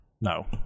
No